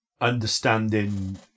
understanding